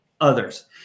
others